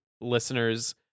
listeners